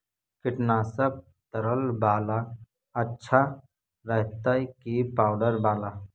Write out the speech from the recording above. कीटनाशक तरल बाला अच्छा रहतै कि पाउडर बाला?